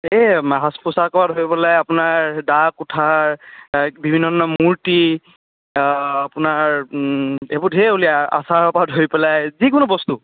এই সাজ পোচাকৰ কৰা ধৰি পেলাই আপোনাৰ দা কোঠাৰ বিভিন্ন ধৰণৰ মূৰ্তি আপোনাৰ এইবোৰ ঢেৰ উলিয়াই আচাৰৰপৰা ধৰি পেলাই যিকোনো বস্তু